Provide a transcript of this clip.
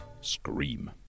Scream